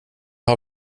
har